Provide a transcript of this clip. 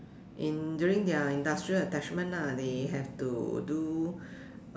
in during their industrial attachment ah they have to do